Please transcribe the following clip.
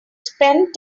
spend